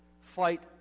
fight